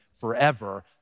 forever